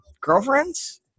girlfriends